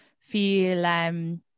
feel